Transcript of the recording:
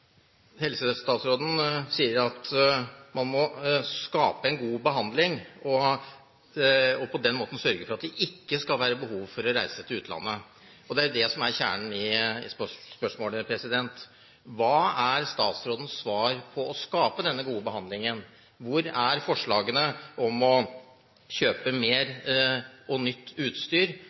Helsestatsråden sier at man må skape en god behandling og på den måten sørge for at det ikke skal være behov for å reise til utlandet. Det er jo det som er kjernen i spørsmålet. Hva er statsrådens svar for å skape denne gode behandlingen? Hvor er forslagene om å kjøpe mer og nytt utstyr,